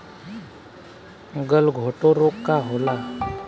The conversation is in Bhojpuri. गलघोटू रोग का होला?